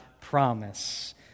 promise